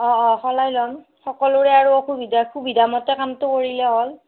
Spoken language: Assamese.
অঁ অঁ সলাই লম সকলোৰে আৰু অসুবিধা সুবিধামতে কামটো কৰিলে হ'ল